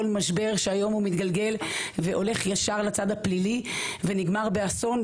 משבר שהיום הוא מתגלגל והולך ישר לצד הפלילי ונגמר באסון,